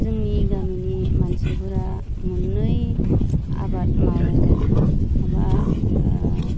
जोंनि गामिनि मानसिफोरा मोननै आबाद मावो माबा